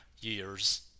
years